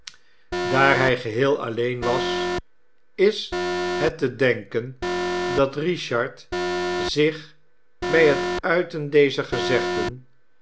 daar hij geheel alleen was is het te denken dat richard zich bij het uiten dezer gezegden